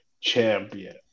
champion